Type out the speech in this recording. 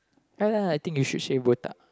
!alah! I think you should shave botak